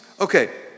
okay